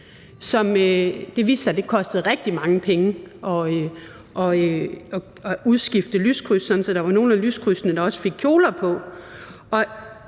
Det viste sig, at det kostede rigtig mange penge at udskifte lyskrydsene, sådan at der var nogle af lyskrydsene, der også fik kjoler på.